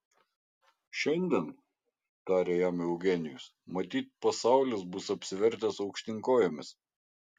šiandien tarė jam eugenijus matyt pasaulis bus apsivertęs aukštyn kojomis